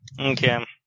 Okay